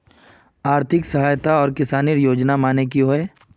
आर्थिक सहायता आर किसानेर योजना माने की होय?